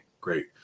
Great